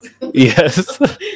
Yes